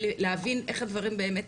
לנסות להבין איך הדברים באמת